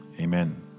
Amen